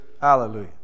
Hallelujah